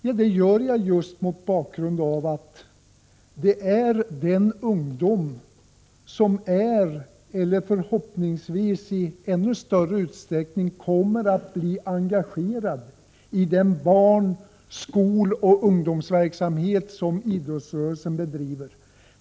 Jo, det har jag gjort just mot bakgrund av att det här rör sig om den ungdom som är engagerad, och som förhoppningsvis kommer att bli det ännu mer, i den barn-, skoloch ungdomsverksamhet som idrottsrörelsen bedriver.